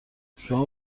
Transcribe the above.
شما